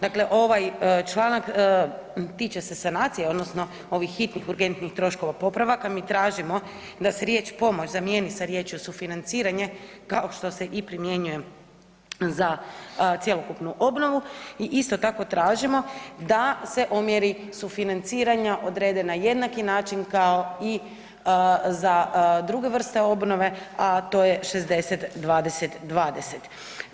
Dakle, ovaj članak tiče se sanacija, odnosno ovih hitnih urgentnih troškova popravaka, mi tražimo da se riječ pomoć zamijeni sa riječju sufinanciranje, kao što se i primjenjuje za cjelokupnu obnovu i isto tako tražimo da se omjeri sufinanciranja odrede na jednaki način kao i za druge vrste obnove, a to je 60-20-20.